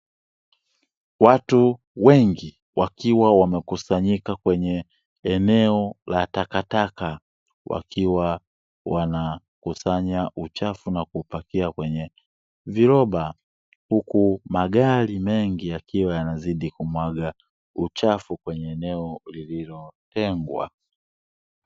Watu wengi wakiwa wamekusanyika kwenye eneo la takataka, wakiwa wanakusanya uchafu na kuupakia kwenye viroba, huku magari mengi yakiwa yanazidi yanamwaga uchafu kwenye eneo lililotengwa.